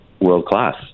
world-class